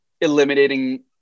eliminating